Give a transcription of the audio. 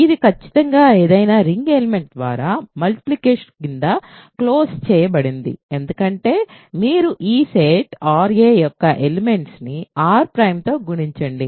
ఇది ఖచ్చితంగా ఏదైనా రింగ్ ఎలిమెంట్ ద్వారా మల్టిప్లికేషన్ కింద క్లోజ్ చేయబడింది ఎందుకంటే మీరు ఈ సెట్ ra యొక్క ఎలిమెంట్స్ ని r | తొ గుణించండి